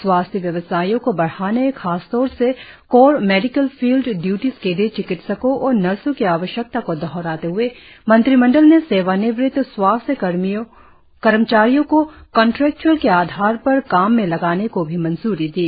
स्वास्थ्य व्यवसायियों को बढ़ाने खासतौर से कॉर मेडिकल फिल्ड ड्यूटीस के लिए चिकित्सकों और नर्सों की आवश्यकता को दोहराते हुए मंत्रिमंडल ने सेवानिवृत स्वास्थ्य कर्मचारियों को कॉन्ट्रेकचूएल के आधार पर काम में लगाने को भी मंजूरी दी